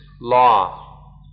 law